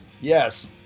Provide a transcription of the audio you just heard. Yes